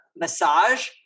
massage